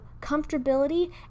comfortability